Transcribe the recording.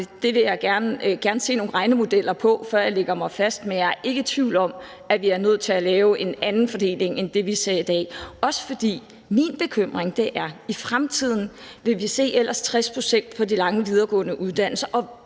det vil jeg gerne se nogle regnemodeller på, før jeg lægger mig fast. Men jeg er ikke i tvivl om, at vi er nødt til at lave en anden fordeling end det, vi ser i dag, også fordi min bekymring er, at vi ellers i fremtiden vil se 60 pct. af en ungdomsårgang på de lange videregående uddannelser